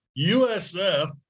usf